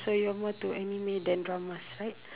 so you're more into anime than dramas right